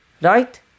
Right